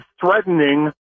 threatening